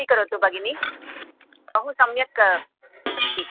स्वीकरोतु भगिनि बहु सम्यक् अस्ति